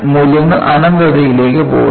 മൂല്യങ്ങൾ അനന്തതയിലേക്ക് പോകുന്നു